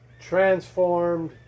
transformed